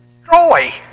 destroy